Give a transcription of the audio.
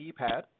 keypad